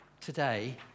today